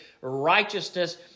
righteousness